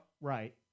Right